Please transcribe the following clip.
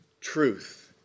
truth